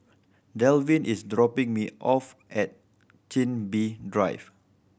Dalvin is dropping me off at Chin Bee Drive